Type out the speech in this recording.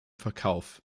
verkauf